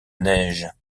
neige